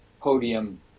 podium